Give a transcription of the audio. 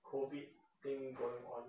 COVID thing going on